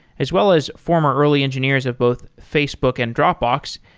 as well as former early engineers of both facebook and dropbox,